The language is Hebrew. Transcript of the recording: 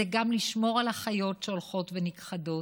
זה גם לשמור על החיות שהולכות ונכחדות.